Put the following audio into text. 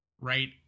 right